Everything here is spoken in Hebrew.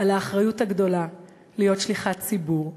על האחריות הגדולה להיות שליחת ציבור,